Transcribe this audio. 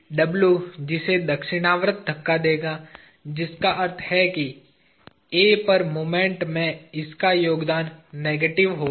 W इसे दक्षिणावर्त धक्का देगा जिसका अर्थ है कि A पर मोमेंट में इसका योगदान नेगेटिव होगा